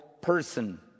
person